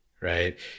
right